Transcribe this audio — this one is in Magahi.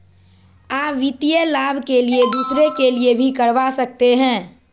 आ वित्तीय लाभ के लिए दूसरे के लिए भी करवा सकते हैं?